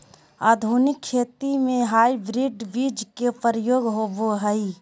आधुनिक खेती में हाइब्रिड बीज के प्रयोग होबो हइ